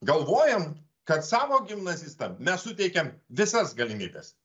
galvojam kad savo gimnazistam mes suteikiam visas galimybes